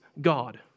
God